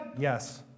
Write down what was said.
Yes